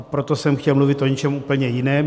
Proto jsem chtěl mluvit o něčem úplně jiném.